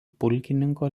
pulkininko